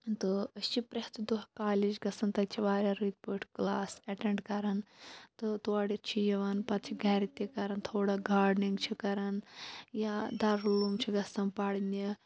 تہٕ أسۍ چھِ پرٛٮ۪تھ دۄہ کالیج گَژھان تَتہِ چھِ واریاہ رٕتۍ پٲٹھۍ کلاس ایٚٹیٚنڈ کران تہٕ تورٕ چھِ یِوان پَتہٕ چھِ گَرِ تہِ کران تھوڑا گاڈنِنٛگ چھِ کران یا دارُالعلوٗم چھ گَژھان پَرنہِ